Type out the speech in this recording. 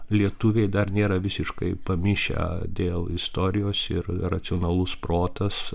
lietuviai dar nėra visiškai pamišę dėl istorijos ir racionalus protas